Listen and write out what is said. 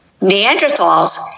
Neanderthals